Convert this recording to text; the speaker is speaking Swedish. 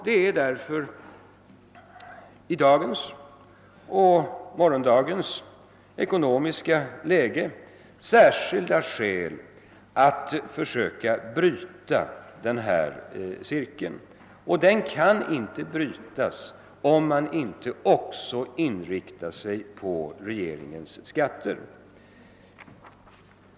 Det finns därför i dagens och morgondagens ekonomiska läge särskilda skäl att försöka bryta denna cirkel. Den kan inte brytas, om man inte också inriktar sig på att ändra regeringens skattepolitik.